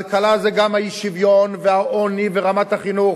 כלכלה זה גם האי-שוויון והעוני ורמת החינוך.